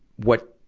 what,